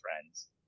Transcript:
friends